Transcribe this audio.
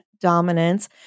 Dominance